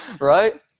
Right